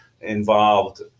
involved